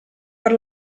per